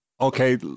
Okay